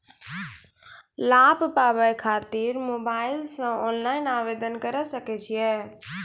लाभ पाबय खातिर मोबाइल से ऑनलाइन आवेदन करें सकय छियै?